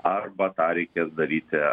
arba tą reikės daryti